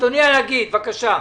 אדוני הנגיד, בבקשה.